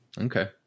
Okay